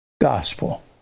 gospel